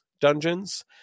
dungeons